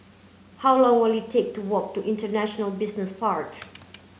how long will it take to walk to International Business Park